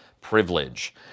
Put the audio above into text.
privilege